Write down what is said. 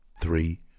Three